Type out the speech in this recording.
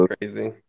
crazy